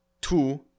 Two